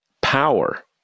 power